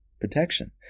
Protection